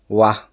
वाह